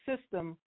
system